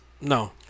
No